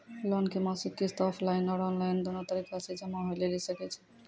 Loan के मासिक किस्त ऑफलाइन और ऑनलाइन दोनो तरीका से जमा होय लेली सकै छै?